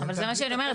אבל זה מה שאני אומרת.